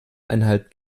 einhalt